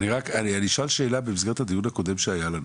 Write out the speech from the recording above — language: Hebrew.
אני שואל שאלה במסגרת הדיון הקודם שהיה לנו,